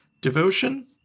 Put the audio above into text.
Devotion